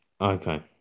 Okay